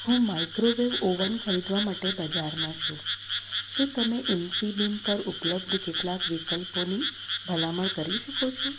હું microwave oven ખરીદવા માટે બજારમાં છું શું તમે ઈન્ફીબીમ પર ઉપલબ્ધ કેટલાક વિકલ્પોની ભલામણ કરી શકો છો